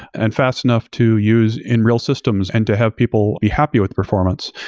and fast enough to use in real systems and to have people be happy with performance.